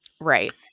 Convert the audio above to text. Right